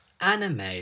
Anime